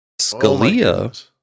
Scalia